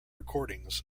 recordings